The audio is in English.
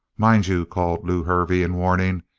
mind you! called lew hervey in warning.